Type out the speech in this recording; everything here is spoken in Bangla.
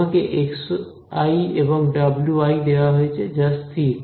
আমাকে xi এবং wi দেওয়া হয়েছে যা স্থির